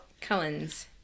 Cullens